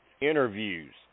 interviews